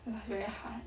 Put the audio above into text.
!wah! is very hard